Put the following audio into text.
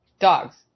Dogs